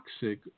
toxic